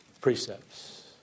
precepts